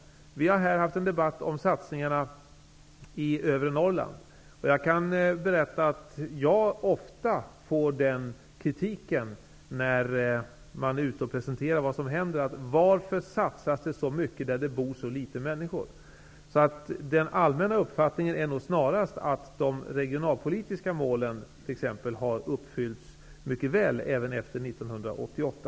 Vi har här fört en debatt om satsningarna i övre Norrland. Jag kan berätta att jag ofta, vid presentationer ute i landet av vad som händer, får kritik och frågor om varför det satsas så mycket på områden där det bor så få människor. Den allmänna meningen är snarast att de regionalpolitiska målen har uppfyllts mycket väl även efter 1988.